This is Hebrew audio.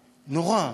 נורא.